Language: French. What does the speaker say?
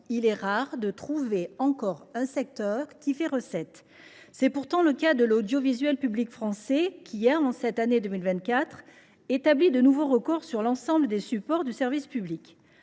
il est rare de trouver encore un secteur qui fasse recette. C’est pourtant le cas de l’audiovisuel public français, qui a, cette année, établi de nouveaux records sur l’ensemble des supports du service public.